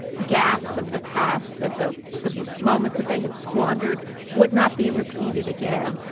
gaffes of the past, that the the moments that they had squandered would not be repeated again.